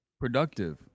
productive